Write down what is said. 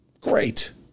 Great